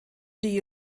die